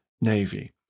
navy